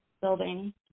building